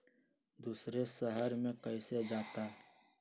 दूसरे शहर मे कैसे जाता?